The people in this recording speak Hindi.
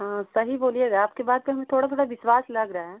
हाँ सही बोलिएगा आप कि बात पर हमें थोड़ा थोड़ा विश्वास लग रहा है